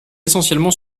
essentiellement